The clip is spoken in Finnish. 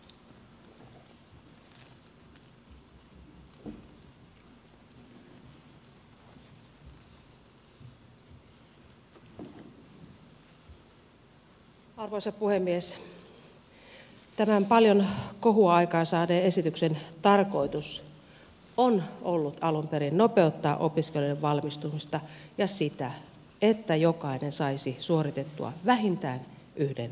tämän paljon kohua aikaansaaneen esityksen tarkoitus on ollut alun perin nopeuttaa opiskelujen valmistumista ja sitä että jokainen saisi suoritettua vähintään yhden korkeakoulututkinnon